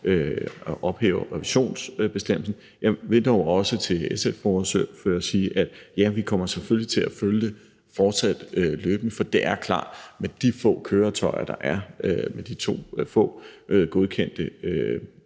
at ophæve revisionsbestemmelsen. Jeg vil dog også til SF's ordfører sige, at ja, vi kommer selvfølgelig fortsat til at følge det løbende, for det er klart, at med de få køretøjer, der er, altså de få godkendte